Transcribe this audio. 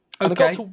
Okay